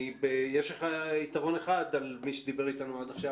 יש לך יתרון אחד על פני מי שדיבר אתנו עד עכשיו